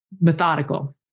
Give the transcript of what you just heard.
methodical